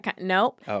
Nope